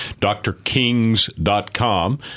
drkings.com